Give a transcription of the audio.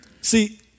See